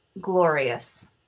glorious